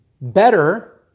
better